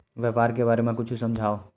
व्यापार के बारे म कुछु समझाव?